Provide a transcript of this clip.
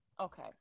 Okay